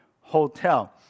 hotel